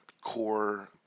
core